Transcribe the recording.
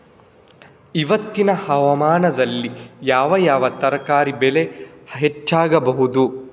ಇವತ್ತಿನ ಹವಾಮಾನದಲ್ಲಿ ಯಾವ ಯಾವ ತರಕಾರಿ ಬೆಳೆ ಹೆಚ್ಚಾಗಬಹುದು?